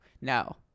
No